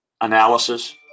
analysis